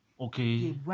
Okay